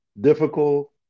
difficult